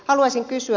haluaisin kysyä